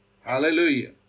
Hallelujah